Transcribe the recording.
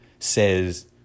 says